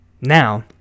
now